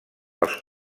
els